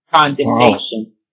condemnation